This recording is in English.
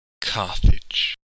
Carthage